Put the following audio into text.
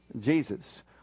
Jesus